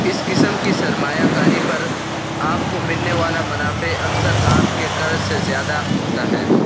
اس قسم کی سرمایہ کاری پر آپ کو ملنے والا منافع اکثر آپ کے قرض سے زیادہ ہوتا ہے